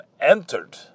entered